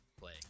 play